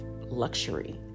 luxury